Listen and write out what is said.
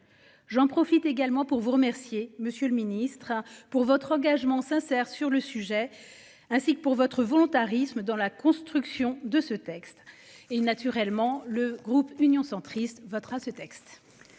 J'en profite également pour vous remercier, monsieur le ministre a pour votre engagement sincère sur le sujet ainsi que pour votre volontarisme dans la construction de ce texte et naturellement le groupe Union centriste votera ce texte.